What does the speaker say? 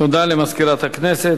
תודה למזכירת הכנסת.